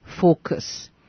focus